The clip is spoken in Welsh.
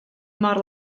mor